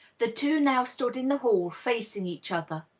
the two now stood in the hall, facing each other.